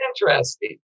Interesting